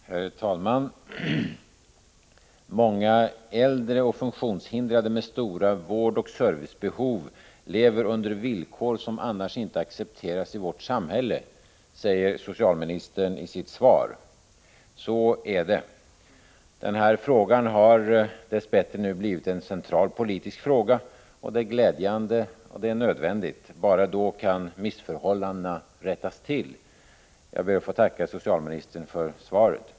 Herr talman! Många äldre och funktionshindrade med stora vårdoch servicebehov lever under villkor som annars inte accepteras i vårt samhälle, säger socialministern i sitt svar. Så är det. Den här frågan har dess bättre blivit en central politisk fråga. Det är glädjande och nödvändigt, för bara då kan missförhållandena rättas till. Jag ber att få tacka socialministern för svaret.